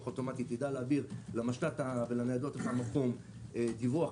האוטומטי תדע להעביר למשל"ט ולניידות במקום דיווח,